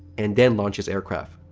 and then launch his aircraft.